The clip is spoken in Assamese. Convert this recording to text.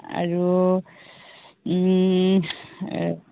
আৰু